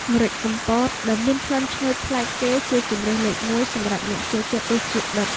ម្រេចកំពតដែលមានក្លិនឈ្ងុយប្លែកគេ ជាជម្រើសលេខមួយសម្រាប់អ្នកចូលចិត្តរសជាតិដិត។